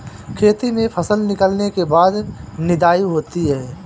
खेती में फसल निकलने के बाद निदाई होती हैं?